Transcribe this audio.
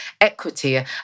equity